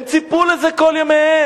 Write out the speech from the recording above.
הם ציפו לזה כל ימיהם,